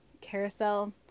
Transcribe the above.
carousel